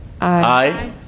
Aye